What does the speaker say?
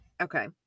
Okay